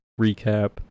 recap